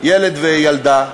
ילד וילדה.